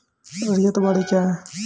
रैयत बाड़ी क्या हैं?